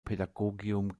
pädagogium